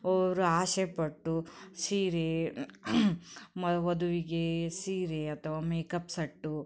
ಒಬ್ಬೊಬ್ಬರು ಆಸೆಪಟ್ಟು ಸೀರೆ ಮ ವಧುವಿಗೆ ಸೀರೆ ಅಥವಾ ಮೇಕಪ್ ಸಟ್ಟು